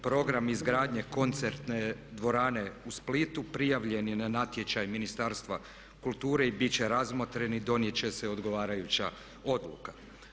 Program izgradnje koncertne dvorane u Splitu prijavljen je na natječaj Ministarstva kulture i bit će razmotren i donijet će se odgovarajuća odluka.